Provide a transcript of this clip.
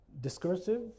discursive